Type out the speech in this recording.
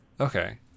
Okay